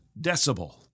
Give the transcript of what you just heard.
decibel